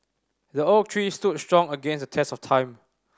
the oak tree stood strong against the test of time